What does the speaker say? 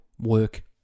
work